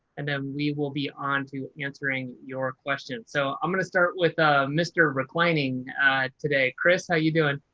and then we will be on to answering your question. so i'm going to start with ah mr. reclining today. chris, how you doing?